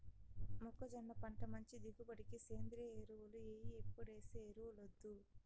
మొక్కజొన్న పంట మంచి దిగుబడికి సేంద్రియ ఎరువులు ఎయ్యి ఎప్పుడేసే ఎరువులొద్దు